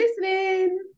listening